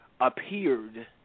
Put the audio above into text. appeared